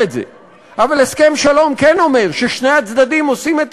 אבל הסכם שלום כן אומר ששני הצדדים עושים את